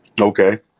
Okay